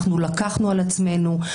לקחנו על עצמנו,